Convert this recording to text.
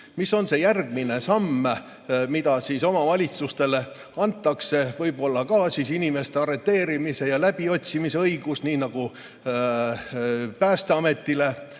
Mis on järgmine samm, mida siis omavalitsustele antakse? Võib-olla ka inimeste arreteerimise ja läbiotsimise õigus, nii nagu Päästeametile